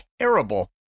terrible